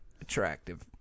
attractive